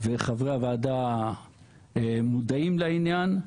וחברי הוועדה מודעים לעניין.